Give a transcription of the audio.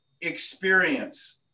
experience